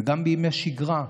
וגם בימי שגרה,